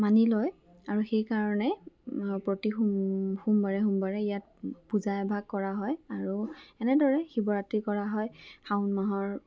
মানি লয় আৰু সেইকাৰণে প্ৰতি সোম সোমবাৰে সোমবাৰে ইয়াত পূজা এভাগ কৰা হয় আৰু এনেদৰে শিৱৰাত্ৰি কৰা হয় শাওন মাহৰ